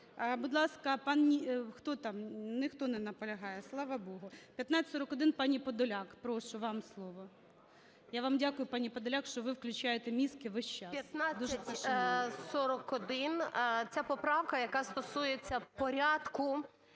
Будь ласка, пан… Хто там? Ніхто не наполягає. Слава Богу. 1541, пані Подоляк. Прошу, вам слово. Я вам дякую, пані Подоляк, що ви включаєте мізки весь час. 11:18:30 ПОДОЛЯК І.І. 1541. Це поправка, яка стосується порядку